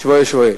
יש אפשרות.